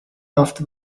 after